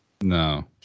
No